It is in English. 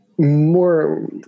More